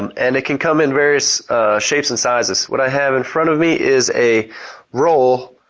um and it can come in various shapes and sizes. what i have in front of me is a roll,